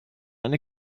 eine